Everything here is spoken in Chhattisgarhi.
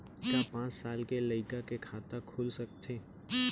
का पाँच साल के लइका के खाता खुल सकथे?